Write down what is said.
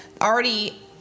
already